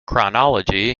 chronology